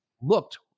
looked